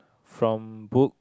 from book